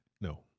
No